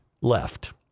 left